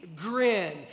grin